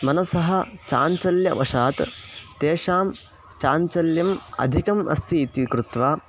मनसः चाञ्चल्यवशात् तेषां चाञ्चल्यम् अधिकम् अस्ति इति कृत्वा